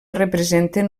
representen